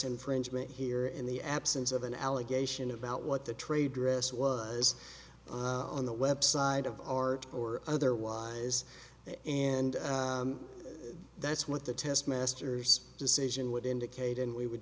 infringement here in the absence of an allegation about what the trade dress was on the web side of art or otherwise and that's what the test masters decision would indicate and we would